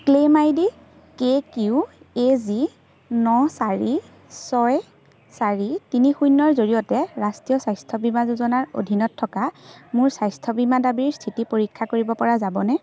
claim ID K Q A G ন চাৰি ছয় চাৰি তিনি শূন্যৰ জৰিয়তে ৰাষ্ট্ৰীয় স্বাস্থ্য বীমা যোজনাৰ অধীনত থকা মোৰ স্বাস্থ্য বীমা দাবীৰ স্থিতি পৰীক্ষা কৰিব পৰা যাবনে